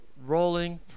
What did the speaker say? Rolling